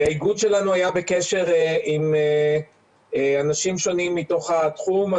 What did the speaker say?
האיגוד שלנו היה בקשר עם אנשים שונים מתוך התחום.